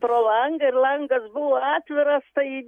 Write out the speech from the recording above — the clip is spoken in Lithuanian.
pro langą ir langas buvo atviras tai